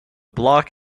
block